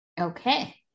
Okay